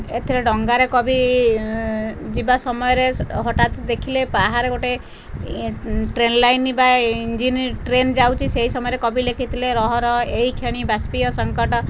ଏଥିରେ ଡଙ୍ଗାରେ କବି ଯିବା ସମୟରେ ହଠାତ ଦେଖିଲେ ବାହାରେ ଗୋଟିଏ ଟ୍ରେନ ଲାଇନ ବା ଇଞ୍ଜିନ ଟ୍ରେନ ଯାଉଛି ସେହି ସମୟରେ କବି ଲେଖିଥିଲେ ରହ ରହ ଏଇ କ୍ଷଣି ବାଷ୍ପୀୟ ସଙ୍କଟ